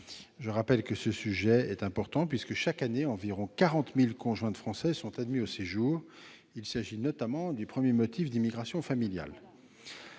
de Français. Ce sujet est important puisque, chaque année, environ 40 000 conjoints de Français sont admis au séjour. Il s'agit du premier motif d'immigration familiale.